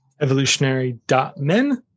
evolutionary.men